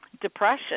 depression